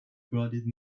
blooded